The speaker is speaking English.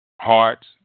hearts